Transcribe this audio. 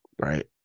Right